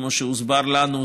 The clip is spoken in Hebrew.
כמו שהוסבר לנו,